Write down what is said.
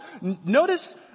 Notice